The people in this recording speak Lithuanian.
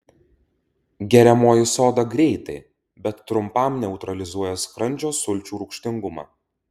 geriamoji soda greitai bet trumpam neutralizuoja skrandžio sulčių rūgštingumą